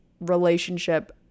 relationship